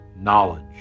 knowledge